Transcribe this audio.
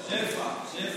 שפע, שפע.